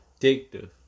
addictive